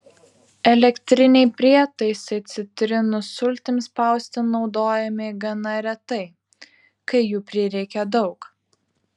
elektriniai prietaisai citrinų sultims spausti naudojami gana retai kai jų prireikia daug